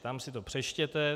Tam si to přečtěte.